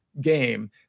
game